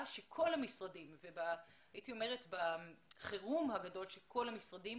של כל המשרדים בחירום הגדול שכל המשרדים